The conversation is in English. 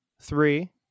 three